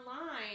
online